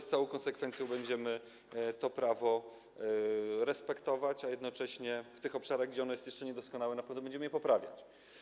Z całą konsekwencją będziemy to prawo respektować, a jednocześnie w tych obszarach, gdzie ono jest jeszcze niedoskonałe, na pewno będziemy je poprawiać.